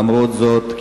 למרות זאת,